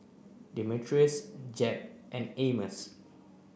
Demetrius Jep and Amos